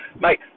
mate